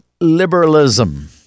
liberalism